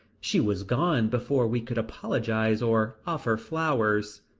she was gone before we could apologize or offer flowers.